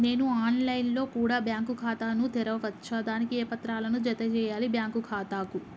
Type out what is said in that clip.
నేను online లో కూడా బ్యాంకు ఖాతా ను తెరవ వచ్చా? దానికి ఏ పత్రాలను జత చేయాలి బ్యాంకు ఖాతాకు?